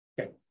Okay